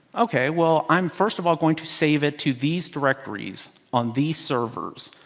ok, well i'm first of all going to save it to these directories on these servers.